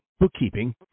bookkeeping